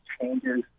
changes